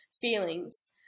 feelings